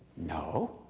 no.